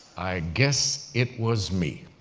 i guess it was me.